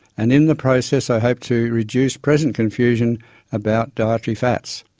and in the process i hope to reduce present confusion about dietary fats.